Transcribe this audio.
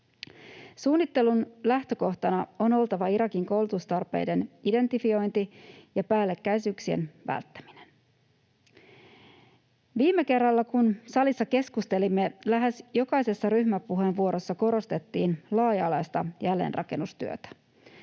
Suunnittelun lähtökohtana on oltava Irakin koulutustarpeiden identifiointi ja päällekkäisyyksien välttäminen. Viime kerralla, kun salissa keskustelimme, lähes jokaisessa ryhmäpuheenvuorossa korostettiin laaja-alaista jälleenrakennustyötä.